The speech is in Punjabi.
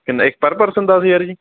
ਕਿੰਨਾ ਇੱਕ ਪਰ ਪਰਸਨ ਦਸ ਹਜ਼ਾਰ ਜੀ